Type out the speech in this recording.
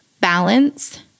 balance